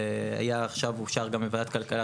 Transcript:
עכשיו אושר גם בוועדת כלכלה,